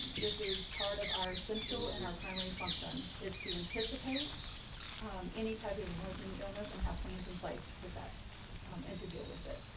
this is part of our central and our primary function is to anticipate any type of emerging illness and have plans in place to protect um and to deal with it.